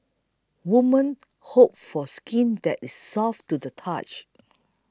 women hope for skin that is soft to the touch